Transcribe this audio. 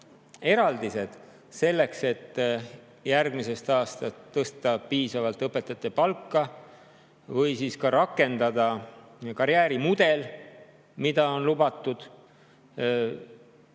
eraldised, selleks et järgmisest aastast tõsta piisavalt õpetajate palka, rakendada karjäärimudelit, mida on lubatud,